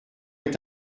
est